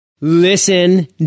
Listen